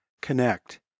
connect